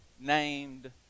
named